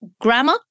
grammar